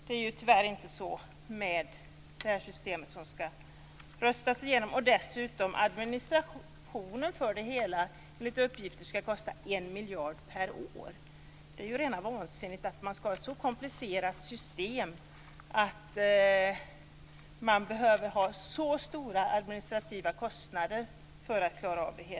Det är tyvärr inte så med det system som skall röstas igenom. Dessutom skall administrationen för det nya systemet enligt uppgift kosta 1 miljard per år. Det är rena vansinnet att man skall ha ett så komplicerat system att man behöver ha så stora administrativa kostnader för att klara det.